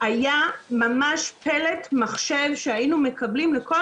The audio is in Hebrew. היה ממש פלט מחשב שהיינו מקבלים לכל